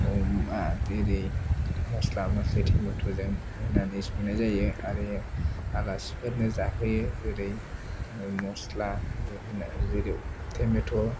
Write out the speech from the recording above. अमा एरि मसला मसलि टमेटजों होनानै संनाय जायो आरो आलासिफोरनो जाहोयो ओरै मसला जेरै टमेट